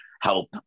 help